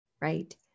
Right